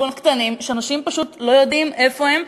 קטנים שאנשים פשוט לא יודעים איפה הם,